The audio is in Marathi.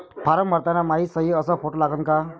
फारम भरताना मायी सयी अस फोटो लागन का?